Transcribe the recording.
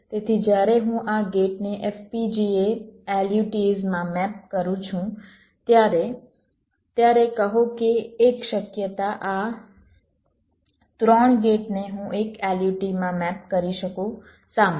તેથી જ્યારે હું આ ગેટને FPGA LUTs માં મેપ કરું છું ત્યારે ત્યારે કહો કે એક શક્યતા આ ત્રણ ગેટને હું એક LUT માં મેપ કરી શકું શા માટે